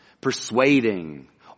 persuading